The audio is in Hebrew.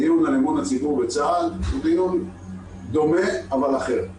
דיון על אמון הציבור בצה"ל הוא דיון דומה אבל אחר.